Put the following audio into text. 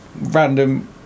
random